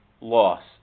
loss